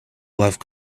love